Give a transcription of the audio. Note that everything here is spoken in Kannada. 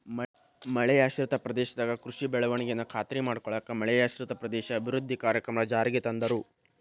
ಮಳೆಯಾಶ್ರಿತ ಪ್ರದೇಶದಾಗ ಕೃಷಿ ಬೆಳವಣಿಗೆನ ಖಾತ್ರಿ ಮಾಡ್ಕೊಳ್ಳಾಕ ಮಳೆಯಾಶ್ರಿತ ಪ್ರದೇಶ ಅಭಿವೃದ್ಧಿ ಕಾರ್ಯಕ್ರಮ ಜಾರಿಗೆ ತಂದ್ರು